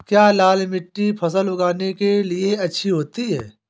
क्या लाल मिट्टी फसल उगाने के लिए अच्छी होती है?